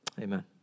amen